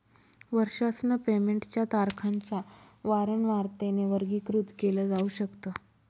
वर्षासन पेमेंट च्या तारखांच्या वारंवारतेने वर्गीकृत केल जाऊ शकत